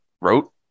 wrote